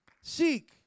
Seek